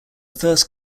first